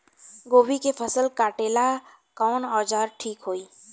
गोभी के फसल काटेला कवन औजार ठीक होई?